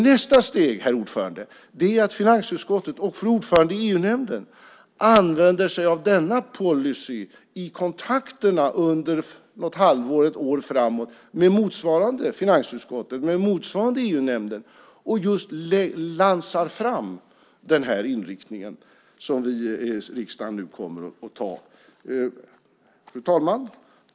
Nästa steg är att finansutskottet och fru ordförande i EU-nämnden använder sig av denna policy i kontakterna under något halvår eller ett år framåt med motsvarande finansutskottet, med motsvarande EU-nämnden och just lanserar den här inriktningen som riksdagen nu kommer att anta. Fru talman!